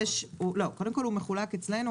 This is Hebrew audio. קודם כל הוא מחולק אצלנו,